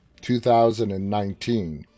2019